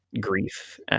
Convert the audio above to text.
grief